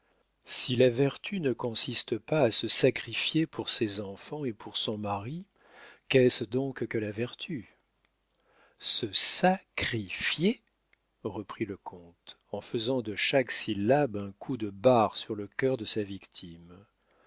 si la vertu ne consiste pas à se sacrifier pour ses enfants et pour son mari qu'est-ce donc que la vertu se sa cri fi er reprit le comte en faisant de chaque syllabe un coup de barre sur le cœur de sa victime